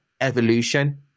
Evolution